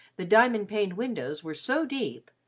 the diamond-paned windows were so deep,